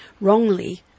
wrongly